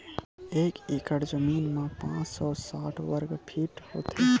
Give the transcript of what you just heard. एक एकड़ जमीन मा पांच सौ साठ वर्ग फीट होथे